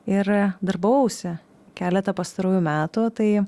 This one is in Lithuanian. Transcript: ir darbavausi keletą pastarųjų metų tai